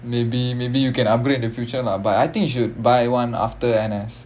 maybe maybe you can upgrade in the future lah but I think you should buy one after N_S